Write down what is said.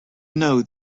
know